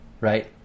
right